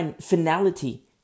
finality